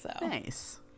Nice